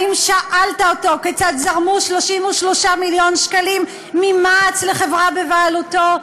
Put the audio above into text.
האם שאלת אותו כיצד זרמו 33 מיליון שקל ממע"צ לחברה בבעלותו?